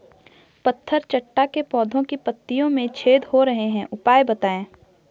पत्थर चट्टा के पौधें की पत्तियों में छेद हो रहे हैं उपाय बताएं?